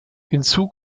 hinzu